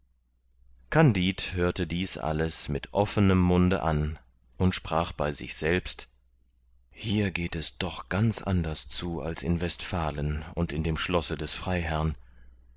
kandid hörte dies alles mit offenem munde an und sprach bei sich selbst hier geht es doch ganz anders zu als in westfalen und in dem schlosse des freiherrn